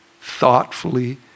thoughtfully